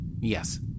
Yes